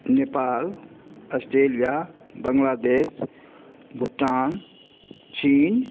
Nepal Australia Bangladesh Bhutan China